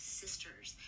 sisters